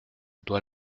dois